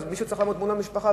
מישהו צריך לעמוד מול המשפחה,